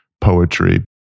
poetry